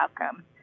outcomes